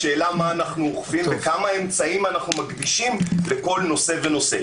השאלה היא מה אנחנו אוכפים וכמה אמצעים אנחנו מקדישים לכל נושא ונושא.